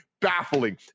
baffling